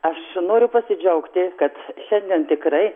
aš noriu pasidžiaugti kad šiandien tikrai